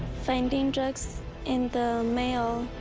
finding drugs in the mail,